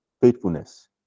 faithfulness